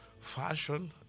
Fashion